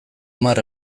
hamar